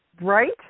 right